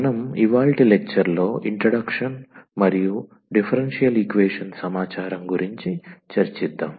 మనం ఇవాళ్టి లెక్చర్ లో ఇంట్రడక్షన్ మరియు డిఫరెన్షియల్ ఈక్వేషన్స్ సమాచారం గురించి చర్చిద్దాం